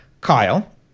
Kyle